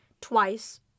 twice